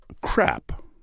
Crap